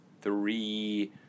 three